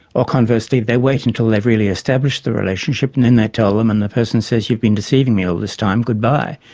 or conversely they wait until they've really established the relationship and then they tell them and the person says, you've been deceiving me all this time, goodbye.